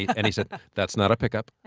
and he said, that's not a pick-up,